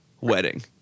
wedding